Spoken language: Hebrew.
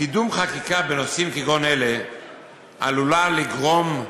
קידום חקיקה בנושאים כגון אלה עלול לגרום,